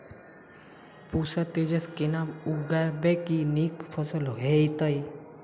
पूसा तेजस केना उगैबे की नीक फसल हेतइ?